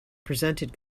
presented